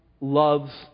loves